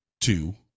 Two